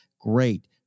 Great